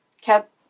kept